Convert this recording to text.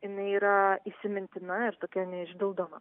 jinai yra įsimintina ir tokia neišdildoma